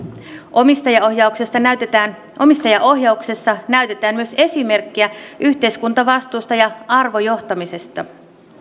omistajaohjauksessa näytetään omistajaohjauksessa näytetään myös esimerkkiä yhteiskuntavastuusta ja arvojohtamisesta